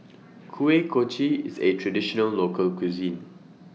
Kuih Kochi IS A Traditional Local Cuisine